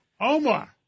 Omar